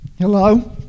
Hello